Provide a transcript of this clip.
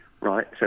Right